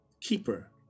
keeper